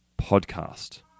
PODCAST